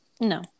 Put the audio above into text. No